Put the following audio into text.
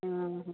ആ ഹാ